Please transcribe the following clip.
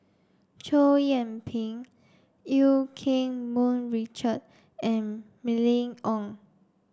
Chow Yian Ping Eu Keng Mun Richard and Mylene Ong